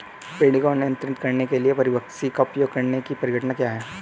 पीड़कों को नियंत्रित करने के लिए परभक्षी का उपयोग करने की परिघटना क्या है?